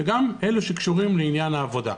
וגם אלה שקשורים לעניין העבודה,